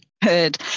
Good